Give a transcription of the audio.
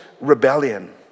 rebellion